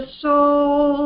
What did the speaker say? soul